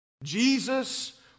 Jesus